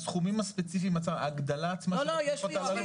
הסכומים הספציפיים עצמם, ההגדלה עצמה של --- חבל